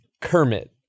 Kermit